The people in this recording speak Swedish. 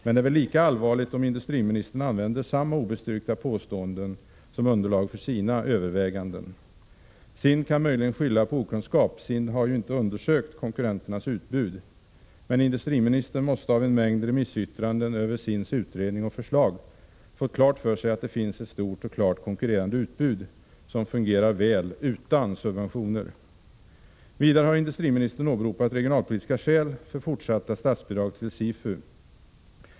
Men det är väl lika allvarligt om industriministern använder samma obestyrkta påståenden som underlag för sina överväganden. SIND kan möjligen skylla på okunskap; SIND har ju inte undersökt konkurrenternas utbud. Industriministern måste av en mängd remissyttran den över SIND:s utredning och förslag fått klart för sig att det finns ett stort och klart konkurrerande utbud, som fungerar väl utan subventioner. Vidare har industriministern åberopat regionalpolitiska skäl för fortsatta statsbidrag till SIFU.